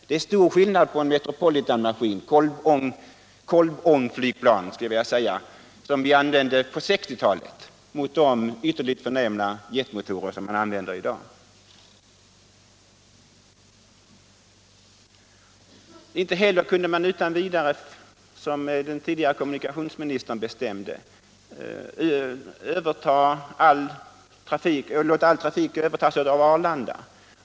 Det är stor skillnad mellan de Metropolitanmaskiner, kolvångflygplan skulle jag vilja kalla dem, som vi använde på 1960-talet och de förnämliga jetmaskiner som vi använder i dag. Inte heller kunde man utan vidare bestämma — som den tidigare kommunikationsministern gjorde — att all trafik skulle övertas av Arlanda.